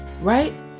right